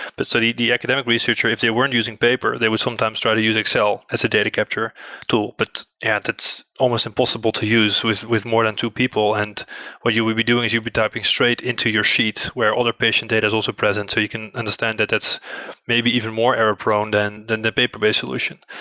but so the the academic researcher, if they weren't using paper, they would sometimes try to use excel as a data capture tool, but yeah, that's almost impossible to use with with more than two people and what you will be doing is you'll be typing straight into your sheet, where other patient data is also present so you can understand that that's maybe even more error-prone than than the paper-based solution.